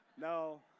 No